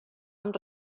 amb